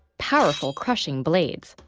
powerful, crushing blades.